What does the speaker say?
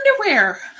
underwear